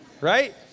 Right